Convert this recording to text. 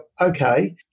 okay